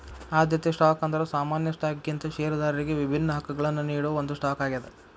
ಆದ್ಯತೆ ಸ್ಟಾಕ್ ಅಂದ್ರ ಸಾಮಾನ್ಯ ಸ್ಟಾಕ್ಗಿಂತ ಷೇರದಾರರಿಗಿ ವಿಭಿನ್ನ ಹಕ್ಕಗಳನ್ನ ನೇಡೋ ಒಂದ್ ಸ್ಟಾಕ್ ಆಗ್ಯಾದ